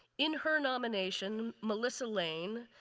in her nomination, melissa lane,